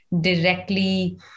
directly